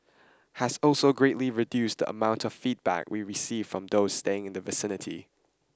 has also greatly reduced the amount of feedback we received from those staying in the vicinity